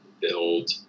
build